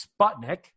Sputnik